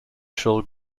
shall